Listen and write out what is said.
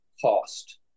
cost